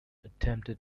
attempted